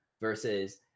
versus